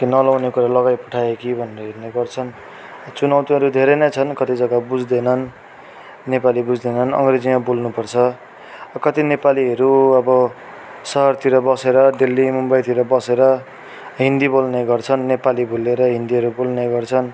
कि नलाउने कुरा लगाइपठायो कि भनेर हेर्ने गर्छन् चुनौतीहरू धेरै नै छन् कतिजगा बुझ्दैनन् नेपाली बुझ्दैनन् अङ्ग्रेजीमा बोल्नुपर्छ कति नेपालीहरू अब सहरतिर बसेर दिल्ली मुम्बईतिर बसेर हिन्दी बोल्ने गर्छन् नेपाली भुलेर हिन्दीहरू बोल्ने गर्छन्